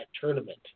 tournament